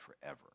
forever